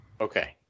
Okay